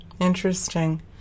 Interesting